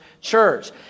church